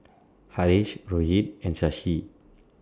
Haresh Rohit and Shashi